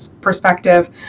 perspective